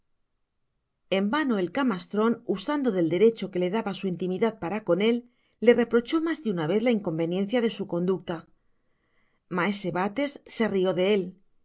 en vano el camastron usando del derecho que le daba su intimidad para con él le reprochó mas de una vez la inconveniencia de su conducta maese bates se rió de él